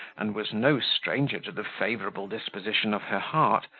and was no stranger to the favourable disposition of her heart,